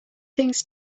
things